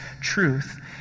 truth